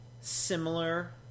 similar